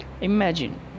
Imagine